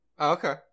Okay